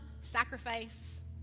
sacrifice